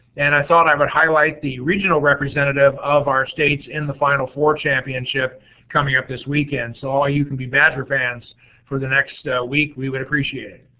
and i thought i would highlight the regional representative of our states in the final four championship coming up this weekend, so all you can be badger fans for the next week, we would appreciate it.